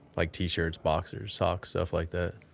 like t-shirts, boxers, socks, stuff like that.